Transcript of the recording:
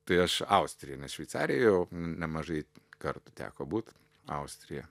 tai aš austrija šveicarijoj jau nemažai kartų teko būt austrija